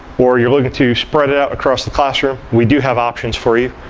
or you're looking to spread it out across the classroom, we do have options for you.